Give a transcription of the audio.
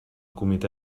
comité